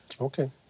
Okay